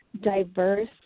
Diverse